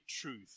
truth